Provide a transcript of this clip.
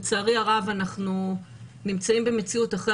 לצערי הרב אנחנו נמצאים במציאות אחרי